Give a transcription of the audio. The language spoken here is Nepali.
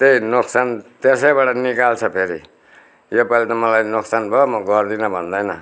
त्यही नोक्सान त्यसैबाट निकाल्छ फेरि यो पालि त मलाई नोक्सान भयो म गर्दिनँ भन्दैन